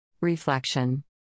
Reflection